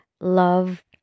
love